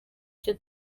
icyo